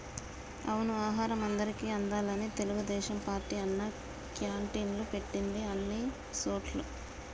అవును ఆహారం అందరికి అందాలని తెలుగుదేశం పార్టీ అన్నా క్యాంటీన్లు పెట్టింది అన్ని సోటుల్లా